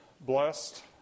blessed